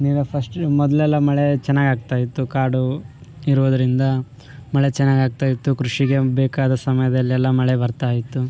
ಈಗ ಫಸ್ಟು ಮೊದಲೆಲ್ಲ ಮಳೆ ಚೆನ್ನಾಗ್ ಆಗ್ತಾಯಿತ್ತು ಕಾಡು ಇರುವುದರಿಂದ ಮಳೆ ಚೆನ್ನಾಗ್ ಆಗ್ತಾಯಿತ್ತು ಕೃಷಿಗೆ ಬೇಕಾದ ಸಮಯದಲ್ಲೆಲ್ಲ ಮಳೆ ಬರ್ತಾಯಿತ್ತು